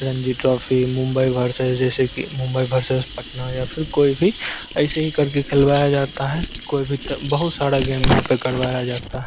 Ranji trophy Mumbai versus जैसे कि Mumbai versus Patna या फिर कोई भी ऐसे ही करके खेलवाया जाता है कोई भी तो बहुत सारा गेम यहाँ पर करवाया जाता है